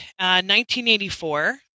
1984